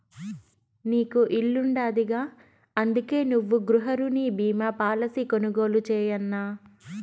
నీకు ఇల్లుండాదిగా, అందుకే నువ్వు గృహరుణ బీమా పాలసీ కొనుగోలు చేయన్నా